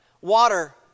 water